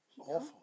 Awful